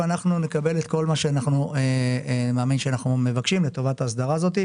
ואנחנו נקבל את כל מה שאנחנו מבקשים אני מאמין לטובת ההסדרה הזאת,